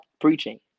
preaching